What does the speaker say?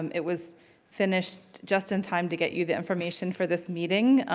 um it was finished just in time to get you the information for this meeting,